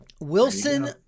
Wilson